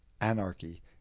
anarchy